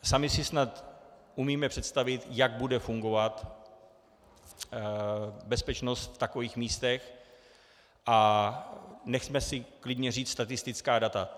Sami si snad umíme představit, jak bude fungovat bezpečnost v takových místech, a nechme si klidně říct statistická data.